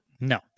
no